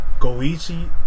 Goichi